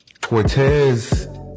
Cortez